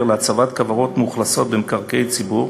להצבת כוורות מאוכלסות במקרקעי ציבור,